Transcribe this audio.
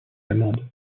allemande